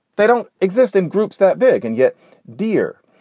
they don't exist in groups that big and yet deer.